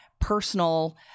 personal